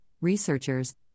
researchers